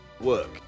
Work